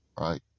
Right